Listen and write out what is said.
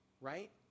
right